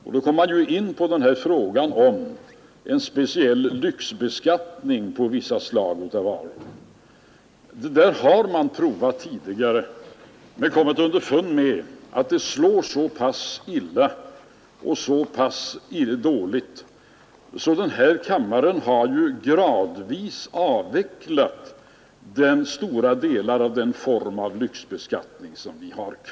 Man kommer då in på frågan om en speciell lyxbeskattning på vissa slag av varor. Det har man prövat tidigare, men kommit underfund med att det slår mycket dåligt. Denna kammare har därför gradvis avvecklat stora delar av den återstående formen av lyxbeskattning.